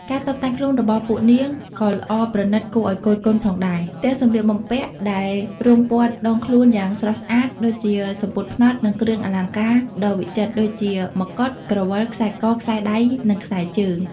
ការតុបតែងខ្លួនរបស់ពួកនាង ក៏ល្អប្រណីតគួរឲ្យគយគន់ផងដែរ ទាំងសម្លៀកបំពាក់ដែលរុំព័ទ្ធដងខ្លួនយ៉ាងស្រស់ស្អាត ដូចជាសំពត់ផ្នត់ និងគ្រឿងអលង្ការដ៏វិចិត្រ ដូចជាមកុដ ក្រវិល ខ្សែក ខ្សែដៃ និងខ្សែជើង។